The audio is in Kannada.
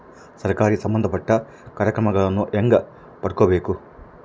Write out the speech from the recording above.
ಸರಕಾರಿ ಸಂಬಂಧಪಟ್ಟ ಕಾರ್ಯಕ್ರಮಗಳನ್ನು ಹೆಂಗ ಪಡ್ಕೊಬೇಕು?